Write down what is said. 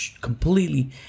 completely